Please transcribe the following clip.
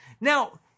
Now